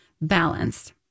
balanced